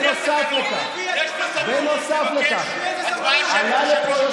על מה אתה מדבר?